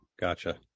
Gotcha